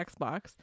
Xbox